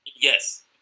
yes